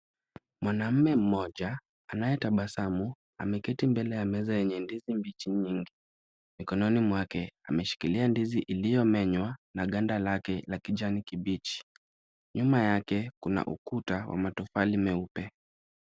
Mwanaume mmoja, anayetabasamu. Ameketi mbele ya meza yenye ndizi mbichi nyingi. Mikononi mwake, ameshikilia ndizi iliyomenywa na ganda lake la kijani kibichi. Nyuma yake kuna ukuta wa matofali meupe.